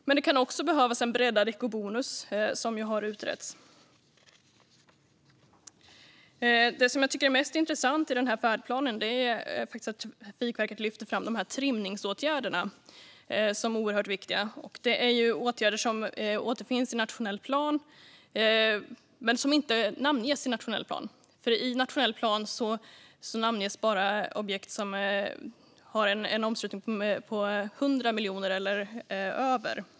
Men det kan också behövas en breddad ekobonus, som har utretts. Det som jag tycker är mest intressant i färdplanen är att Trafikverket lyfter fram trimningsåtgärderna som oerhört viktiga. Det är åtgärder som återfinns i nationell plan men som inte namnges där, för där namnges bara objekt som har en omslutning på 100 miljoner eller över det.